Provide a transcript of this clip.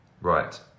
Right